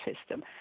system